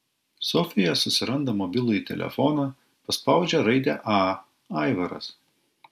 sofija susiranda mobilųjį telefoną paspaudžia raidę a aivaras